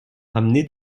ramené